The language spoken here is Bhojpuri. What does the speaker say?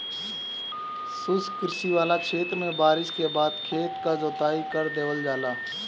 शुष्क कृषि वाला क्षेत्र में बारिस के बाद खेत क जोताई कर देवल जाला